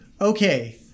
okay